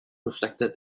reflected